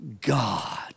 God